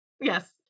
Yes